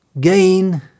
gain